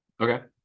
Okay